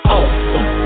Awesome